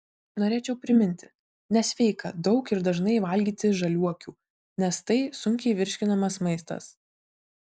norėčiau priminti nesveika daug ir dažnai valgyti žaliuokių nes tai sunkiai virškinamas maistas